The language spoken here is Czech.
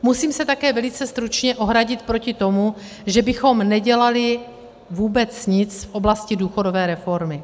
Musím se také velice stručně ohradit proti tomu, že bychom nedělali vůbec nic v oblasti důchodové reformy.